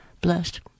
blessed